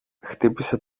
χτύπησε